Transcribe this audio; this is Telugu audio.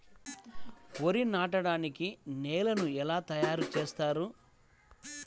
వరి నాటడానికి నేలను ఎలా తయారు చేస్తారు?